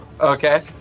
Okay